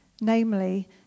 namely